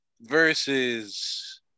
versus